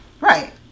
Right